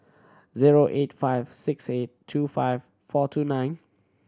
zero eight five six eight two five four two nine